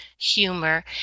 humor